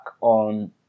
on